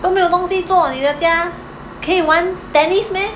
都没有东西做你的家可以玩 tennis meh